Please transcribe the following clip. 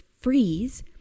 freeze